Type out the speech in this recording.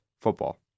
Football